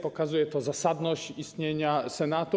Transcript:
Pokazuje to zasadność istnienia Senatu.